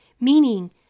Meaning